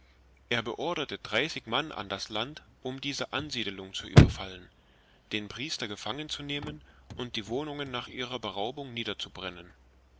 er beorderte dreißig mann an das land um diese ansiedelung zu überfallen den priester gefangen zu nehmen und die wohnungen nach ihrer beraubung niederzubrennen